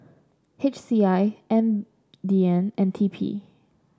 H C I M D N and T P